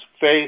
faith